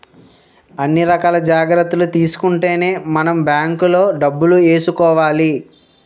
అన్ని రకాల జాగ్రత్తలు తీసుకుంటేనే మనం బాంకులో డబ్బులు ఏసుకోవాలి